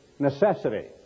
necessity